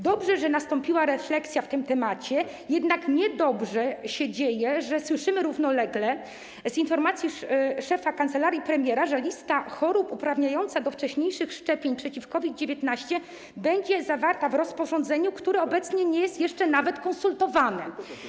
Dobrze, że nastąpiła refleksja dotycząca tego tematu, jednak niedobrze się dzieje, że słyszymy równolegle w informacji szefa kancelarii premiera, że lista chorób uprawniających do wcześniejszych szczepień przeciw COVID-19 będzie zawarta w rozporządzeniu, które obecnie nie jest jeszcze nawet konsultowane.